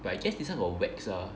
but I guess this one got wax ah